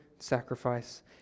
sacrifice